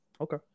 Okay